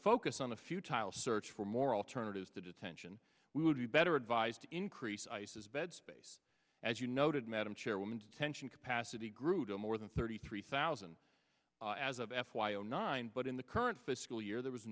focus on a few tile search for more alternatives to detention we would be better advised to increase ice's bed space as you noted madam chairwoman detention capacity grew to more than thirty three thousand as of f y o nine but in the current fiscal year there was